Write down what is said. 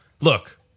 Look